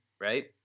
Right